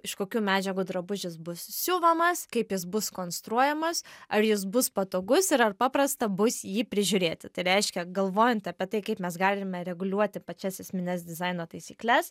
iš kokių medžiagų drabužis bus siuvamas kaip jis bus konstruojamas ar jis bus patogus ir ar paprasta bus jį prižiūrėti tai reiškia galvojant apie tai kaip mes galime reguliuoti pačias esmines dizaino taisykles